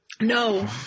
No